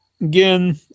again